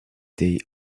they